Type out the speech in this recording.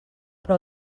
però